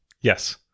Yes